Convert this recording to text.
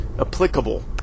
applicable